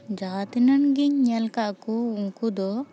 ᱡᱟᱦᱟᱸ ᱛᱤᱱᱟᱹᱜ ᱜᱤᱧ ᱧᱮᱞ ᱟᱠᱟᱫ ᱠᱚ ᱩᱱᱠᱩ ᱫᱚ